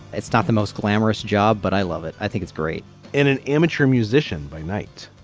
it's not the most glamorous job, but i love it. i think it's great in an amateur musician by night.